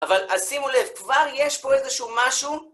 אבל אז שימו לב, כבר יש פה איזשהו משהו